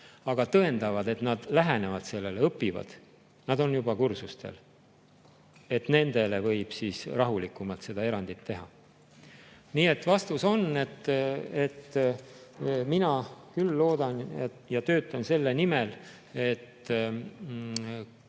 aga tõendavad, et nad lähenevad sellele, õpivad, on juba kursustel, nendele võib rahulikumalt erandi teha. Nii et vastus on, et mina küll loodan ja töötan selle nimel, et kooli